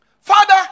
Father